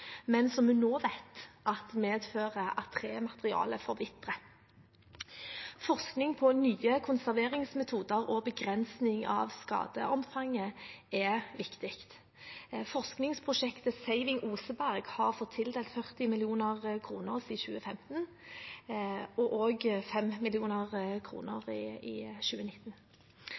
men som vi nå vet medfører at trematerialet forvitrer. Forskning på nye konserveringsmetoder og begrensning av skadeomfang er viktig. Forskningsprosjektet Saving Oseberg har fått tildelt 40 mill. kr siden 2015 – og 5 mill. kr i 2019.